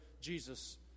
Jesus